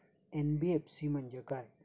NBFC म्हणजे काय?